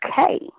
okay